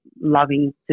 loving